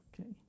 Okay